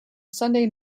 sunday